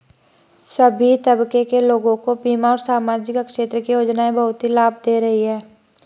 सभी तबके के लोगों को बीमा और सामाजिक क्षेत्र की योजनाएं बहुत ही लाभ दे रही हैं